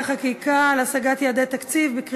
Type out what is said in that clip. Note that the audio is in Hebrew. חקיקה להשגת יעדי התקציב) (הוראת שעה לשנת 2015),